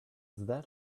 that